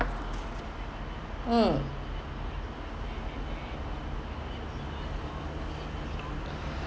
mm